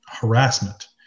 harassment